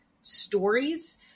stories